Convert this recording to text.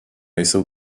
jsou